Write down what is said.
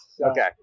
Okay